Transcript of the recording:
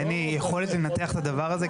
אין לי יכולת לנתח את הדבר הזה.